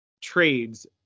trades